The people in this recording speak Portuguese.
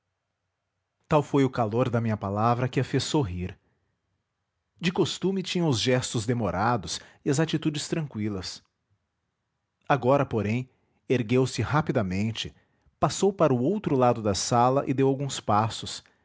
tal foi o calor da minha palavra que a fez sorrir de costume tinha os gestos demorados e as atitudes tranqüilas agora porém ergueu-se rapidamente passou para o outro lado da sala e deu alguns passos